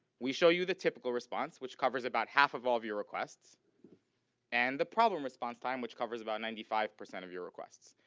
we show you the typical response which covers about half of all of your requests and the problem response time which covers about ninety five percent of your request.